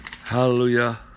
Hallelujah